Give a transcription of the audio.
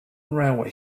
railway